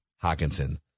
Hawkinson